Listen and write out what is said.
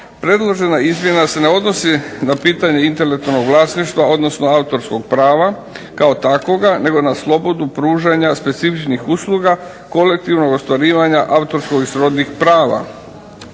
Predložena izmjena se ne odnosi na pitanje intelektualnog vlasništva, odnosno autorskog prava kao takvoga nego na slobodu pružanja specifičnih usluga kolektivnog ostvarivanja autorskog i srodnih prava.